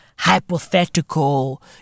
Hypothetical